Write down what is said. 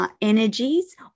Energies